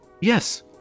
yes